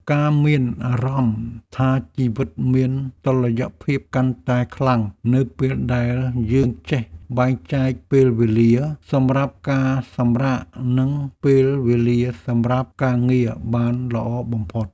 ការមានអារម្មណ៍ថាជីវិតមានតុល្យភាពកាន់តែខ្លាំងនៅពេលដែលយើងចេះបែងចែកពេលវេលាសម្រាប់ការសម្រាកនិងពេលវេលាសម្រាប់ការងារបានល្អបំផុត។